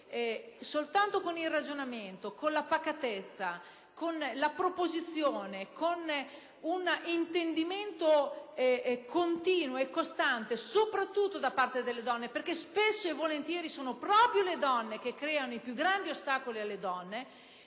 perché soltanto con il ragionamento, la pacatezza, la volontà propositiva, con un intendimento continuo e costante, soprattutto da parte delle donne (perché spesso e volentieri sono proprio le donne che creano i più grandi ostacoli a se